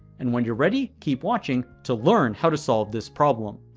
and when you're ready, keep watching to learn how to solve this problem.